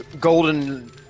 Golden